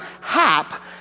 hap